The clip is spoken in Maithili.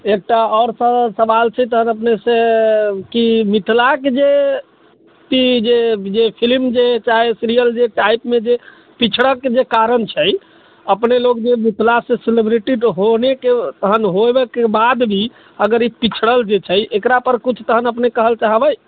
एकटा आओर सर सवाल छै तहन अपनेसँ कि मिथिलाके जे कि जे फिलिम जे चाहे सीरियल जे चाहैमे पिछड़ैके जे कारण छै अपने लोक जे मिथिलासँ सेलेब्रिटी होनेके तहन होबैके बाद भी अगर ई पिछड़ल जे छै एकरापर किछु तहन अपने कहैलए चाहबै